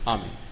Amen